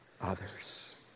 others